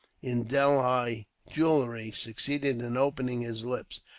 in delhi jewelry, succeeded in opening his lips.